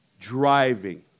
driving